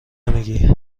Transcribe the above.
نمیگی